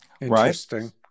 Interesting